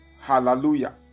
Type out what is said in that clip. Hallelujah